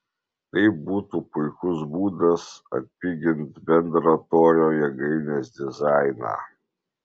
tai būtų puikus būdas atpigint bendrą torio jėgainės dizainą